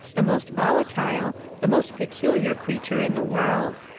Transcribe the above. the most volatile, the most peculiar creature in the world.